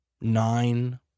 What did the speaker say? nine